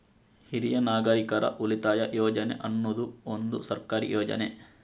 ಹಿರಿಯ ನಾಗರಿಕರ ಉಳಿತಾಯ ಯೋಜನೆ ಅನ್ನುದು ಒಂದು ಸರ್ಕಾರಿ ಯೋಜನೆ